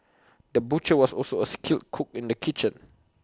the butcher was also A skilled cook in the kitchen